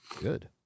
good